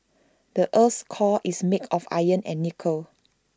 the Earth's core is made of iron and nickel